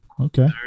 Okay